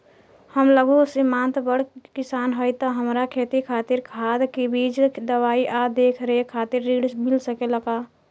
हम लघु सिमांत बड़ किसान हईं त हमरा खेती खातिर खाद बीज दवाई आ देखरेख खातिर ऋण मिल सकेला का?